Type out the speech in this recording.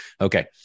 Okay